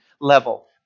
level